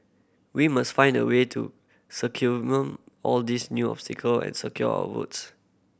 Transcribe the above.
we must find a way to circumvent all these new obstacle and secure our votes